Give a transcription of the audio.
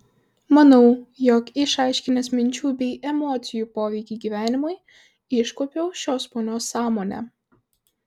manau jog išaiškinęs minčių bei emocijų poveikį gyvenimui iškuopiau šios ponios sąmonę